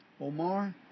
Omar